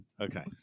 Okay